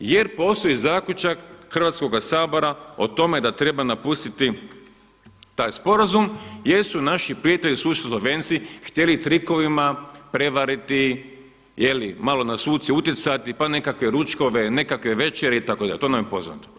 Jer postoji zaključak Hrvatskoga sabora o tome da treba napustiti taj sporazum jer su naši prijatelji susjedi Slovenci htjeli trikovima prevariti, malo na suce utjecati pa nekakve ručkove, nekakve večere itd., to nam je poznato.